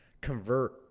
convert